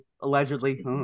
allegedly